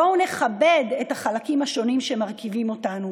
בואו נכבד את החלקים השונים שמרכיבים אותנו.